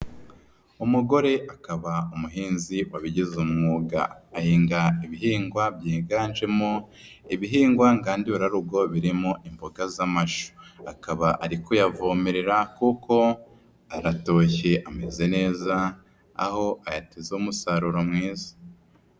Umugore akaba umuhinzi wabigize umwuga, ahinga ibihingwa byiganjemo ibihingwa ngandurarugo birimo imboga z'amashu, akaba ari kuyavomerera kuko aratoshye ameze neza, aho ayateze umusaruro mwiza.